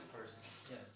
Yes